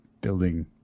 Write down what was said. building